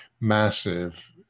massive